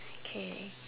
okay